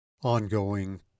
ongoing